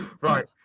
Right